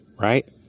Right